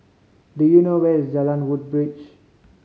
do you know where is Jalan Woodbridge